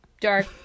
Dark